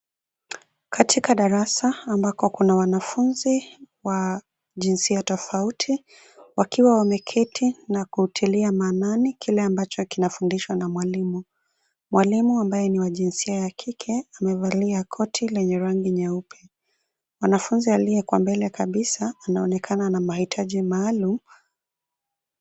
Katika darasa, ambako kuna wanafunzi wa jinsia tofauti wakiwa wameketi na kutilia maanani kile ambacho kinafundishwa na mwalimu. Mwalimu ambaye ni wa jinsia ya kike, amevalia koti lenye rangi nyeupe. Mwanafunzi aliye kwa mbele kabisa anaonekana na mahitaji maalum.